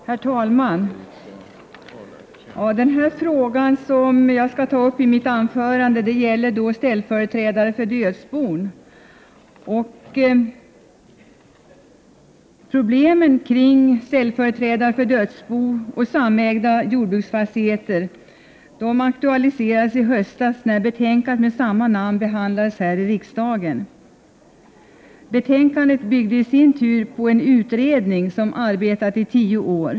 Herr talman! Den fråga jag skall ta upp i mitt anförande gäller ställföreträdare för dödsbon. Problemen kring ställföreträdare för dödsboägda och samägda jordbruksfastigheter aktualiserades i höstas när betänkandet med samma rubrik behandlades här i riksdagen. Betänkandet byggde i sin tur på en utredning som har arbetat i tio år.